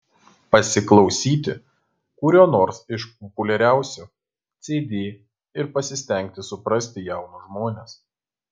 pasiklausyti kurio nors iš populiariausių cd ir pasistengti suprasti jaunus žmones